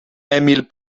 emil